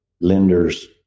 lenders